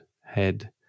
head